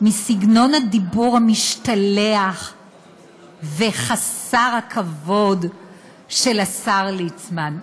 מסגנון הדיבור המשתלח וחסר הכבוד של השר ליצמן.